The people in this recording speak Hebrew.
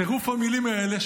צירוף המילים הזה,